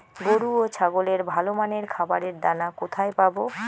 গরু ও ছাগলের ভালো মানের খাবারের দানা কোথায় পাবো?